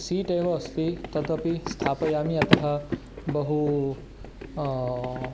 सीटेव अस्ति तदपि स्थापयामि अतः बहु